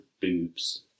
boobs